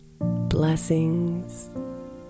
Blessings